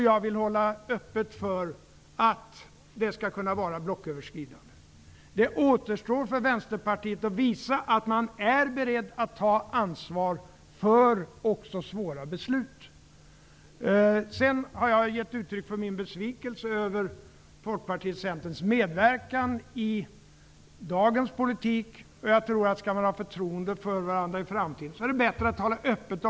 Jag vill hålla öppet för att det skall kunna vara blocköverskridande. Det återstår för Vänsterpartiet att visa att man är beredd att ta ansvar för även svåra beslut. Jag har gett uttryck för min besvikelse över Folkpartiets och Centerns medverkan i dagens politik. Men jag tror att om man skall ha förtroende för varandra i framtiden, är det bättre att tala öppet.